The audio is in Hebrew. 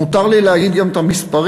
מותר לי להגיד גם את המספרים,